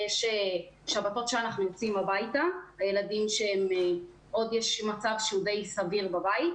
שבתות שאנחנו יוצאים הביתה כשיש מצב שהוא די סביר בבית,